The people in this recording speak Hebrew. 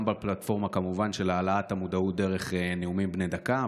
גם כמובן בפלטפורמה של העלאת המודעות דרך נאומים בני דקה,